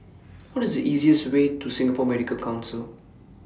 What IS The easiest Way to Singapore Medical Council